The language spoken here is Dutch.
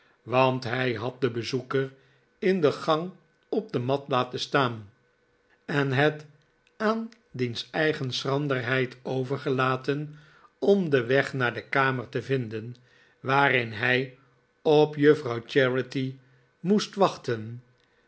want hij had den bezoeker in de gang op de mat laten staan en het aan diens eigen schranderheid overgelaten om den weg naar de kamer te vinden waarin hij op juffrouw charity moest wachten